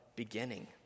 beginning